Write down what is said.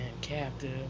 captive